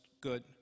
good